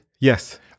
Yes